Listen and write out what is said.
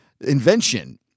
invention